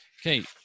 okay